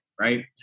right